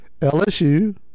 LSU